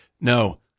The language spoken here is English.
no